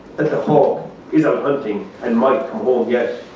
that the hawk is out hunting and might come home yet.